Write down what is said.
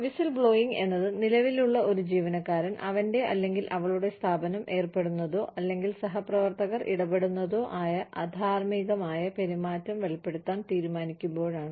whistleblowing എന്നത് നിലവിലുള്ള ഒരു ജീവനക്കാരൻ അവന്റെ അല്ലെങ്കിൽ അവളുടെ സ്ഥാപനം ഏർപ്പെടുന്നതോ അല്ലെങ്കിൽ സഹപ്രവർത്തകർ ഇടപെടുന്നതോ ആയ അധാർമ്മികമായ പെരുമാറ്റം വെളിപ്പെടുത്താൻ തീരുമാനിക്കുമ്പോഴാണ്